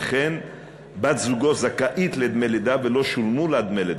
וכן בת-זוגו זכאית לדמי לידה ולא שולמו לה דמי לידה.